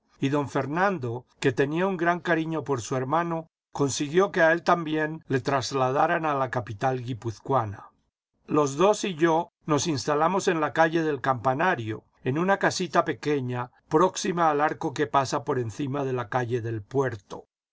y don fernando que tenía un gran cariño por su hermano consiguió que a él también le trasladaran a la capital guipuzcoana los dos y yo nos instalamos en la calle del campanario en una casita pequeña próxima al arco que pasa por encima de la calle del puerto